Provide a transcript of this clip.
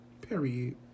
Period